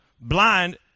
blind